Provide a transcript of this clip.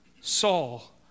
Saul